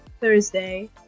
Thursday